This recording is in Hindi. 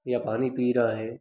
या पानी पी रहा है